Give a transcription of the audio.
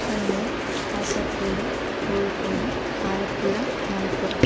Kannur Kasaragod Kozhikode Alappuzha Malappuram